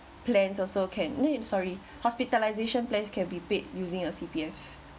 plans also can no sorry hospitalisation plans can be paid using your C_P_F